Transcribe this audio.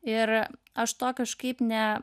ir aš to kažkaip ne